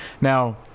now